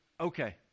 okay